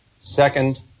Second